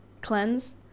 cleanse